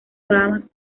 bahamas